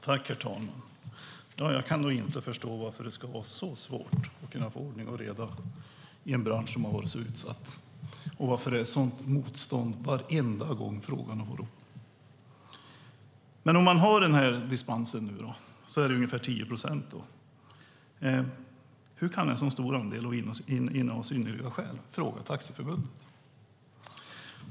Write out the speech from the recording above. Herr talman! Jag kan inte förstå varför det ska vara så svårt att få ordning och reda i en bransch som har varit så utsatt och varför det är sådant motstånd varenda gång frågan är uppe. Om man nu har dispens skulle den gälla ungefär 10 procent. Hur kan det för en så stor andel finnas synnerliga skäl? Det frågar Taxiförbundet.